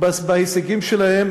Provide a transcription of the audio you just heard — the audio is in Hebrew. בהישגים שלהם.